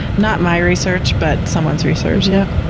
not my research, but someone's research. yep.